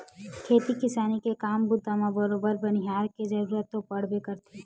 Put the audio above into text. खेती किसानी के काम बूता म बरोबर बनिहार के जरुरत तो पड़बे करथे